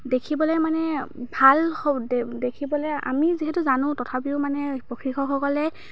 দেখিবলৈ মানে ভাল হ দে দেখিবলৈ আমি যিহেতু জানো তথাপিও মানে প্ৰশিক্ষকসকলে